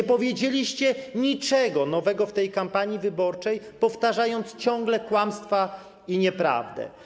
Nie powiedzieliście niczego nowego w tej kampanii wyborczej, powtarzając ciągle kłamstwa i nieprawdę.